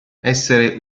essere